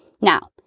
Now